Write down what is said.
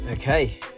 okay